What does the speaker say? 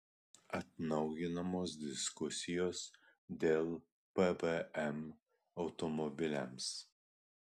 atnaujinamos diskusijos dėl pvm automobiliams